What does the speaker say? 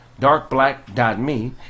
darkblack.me